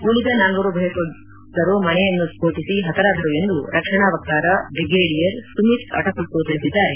ಉಳಿದ ನಾಲ್ಲರು ಭಯೋತ್ಪಾದಕರು ಮನೆಯನ್ನು ಸ್ನೋಟಿಸಿ ಹತರಾದರು ಎಂದು ರಕ್ಷಣಾ ವಕ್ಷಾರ ಬ್ರಿಗೇಡಿಯರ್ ಸುಮಿತ್ ಆಟಪಟ್ಟು ತಿಳಿಸಿದ್ದಾರೆ